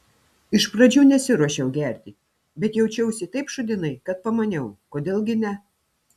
iš pradžių nesiruošiau gerti bet jaučiausi taip šūdinai kad pamaniau kodėl gi ne